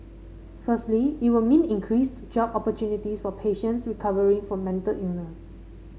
firstly it will mean increased job opportunities for patients recovering from mental illness